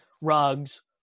rugs